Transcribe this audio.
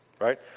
Right